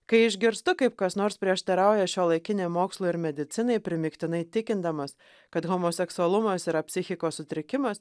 kai išgirstu kaip kas nors prieštarauja šiuolaikinei mokslo ir medicinai primygtinai tikindamas kad homoseksualumas yra psichikos sutrikimas